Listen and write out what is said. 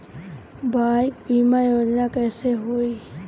Bike बीमा योजना कैसे होई?